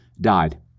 died